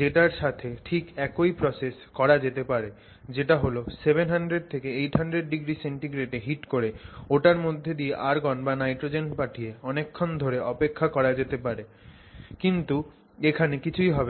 যেটার সাথে ঠিক একই প্রসেস করা যেতে পারে যেটা হল 700 800oC এ হিট করে ওটার মধ্যে দিয়ে আর্গন বা নাইট্রোজেন পাঠিয়ে অনেকক্ষণ ধরে অপেক্ষা করা যেতে পারে কিন্তু এখানে কিছু হবে না